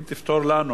אם תפתור לנו,